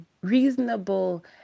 reasonable